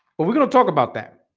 but we're gonna talk about that